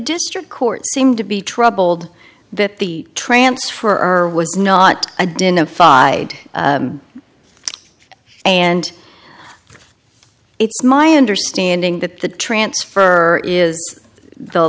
district court seemed to be troubled that the transfer was not identified and it's my understanding that the transfer is the